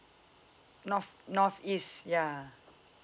north north east ya